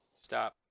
stop